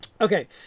Okay